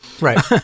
right